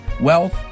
wealth